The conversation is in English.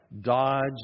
dodge